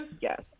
Yes